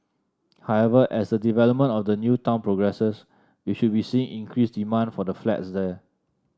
however as the development of the new town progresses we should be seeing increased demand for the flats there